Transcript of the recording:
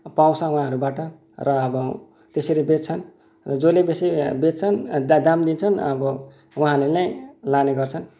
पाउँछ उहाँहरूबाट र अब त्यसरी बेच्छन् र जसले बेसी बेच्छन् दाम दिन्छन् अब उहाँहरूले नै लाने गर्छन्